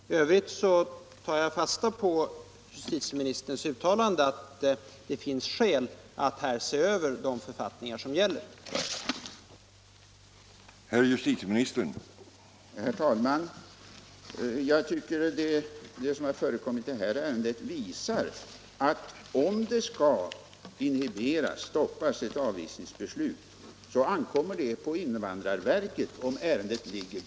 I övrigt tar jag fasta på justitieministerns uttalande att det finns skäl att se över de författningar som gäller på denna punkt.